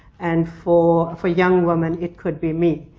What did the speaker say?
and for for young women, it could be me.